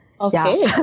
Okay